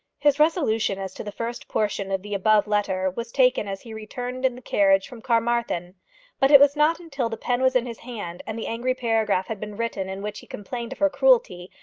his resolution as to the first portion of the above letter was taken as he returned in the carriage from carmarthen but it was not until the pen was in his hand, and the angry paragraph had been written in which he complained of her cruelty,